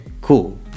cool